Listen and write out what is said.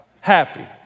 happy